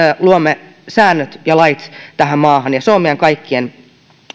luomme säännöt ja lait tähän maahan ja se on meidän kaikkien